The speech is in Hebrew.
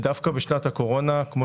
דווקא בשנת הקורונה, כמו